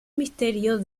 misterio